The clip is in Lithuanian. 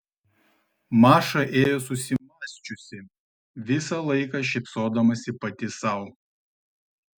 maša ėjo susimąsčiusi visą laiką šypsodamasi pati sau